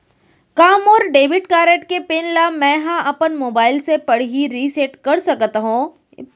का मोर debit card के पिन ल मैं ह अपन मोबाइल से पड़ही रिसेट कर सकत हो?